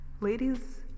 ladies